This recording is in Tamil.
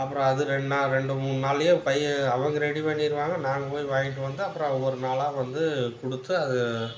அப்புறம் அது ரெண்டுநாள் ரெண்டு மூணு நாள்ளையே பையன் அவங்க ரெடி பண்ணிருவாங்க நாங்கள் போய் வாங்கிகிட்டு வந்து அப்புறம் அவங்க ஒரு நாளாக வந்து கொடுத்து அது